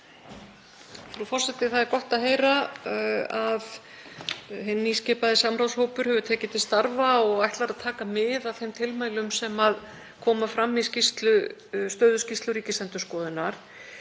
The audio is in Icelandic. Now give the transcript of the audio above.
Frú forseti. Það er gott að heyra að hinn nýskipaði samráðshópur hefur tekið til starfa og ætlar að taka mið af þeim tilmælum sem koma fram í stöðuskýrslu Ríkisendurskoðunar.